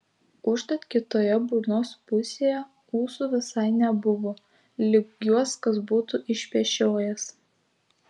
užtat kitoje burnos pusėje ūsų visai nebuvo lyg juos kas būtų išpešiojęs